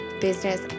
business